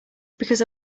because